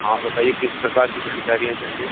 हाँ बताइए किस प्रकार की जानकारियाँ चाहिए